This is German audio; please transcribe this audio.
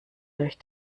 durch